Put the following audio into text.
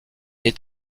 est